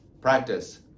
practice